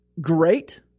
great